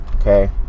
Okay